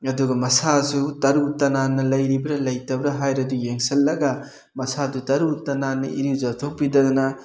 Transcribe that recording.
ꯑꯗꯨꯒ ꯃꯁꯥꯁꯨ ꯇꯔꯨ ꯇꯅꯥꯟꯅ ꯂꯩꯔꯤꯕ꯭ꯔꯥ ꯂꯩꯇꯕ꯭ꯔꯥ ꯍꯥꯏꯕꯗꯨ ꯌꯦꯡꯁꯜꯂꯒ ꯃꯁꯥꯗꯨ ꯇꯔꯨ ꯇꯅꯥꯟꯅ ꯏꯔꯨꯖꯊꯣꯛꯄꯤꯗꯅ